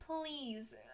please